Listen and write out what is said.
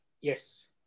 Yes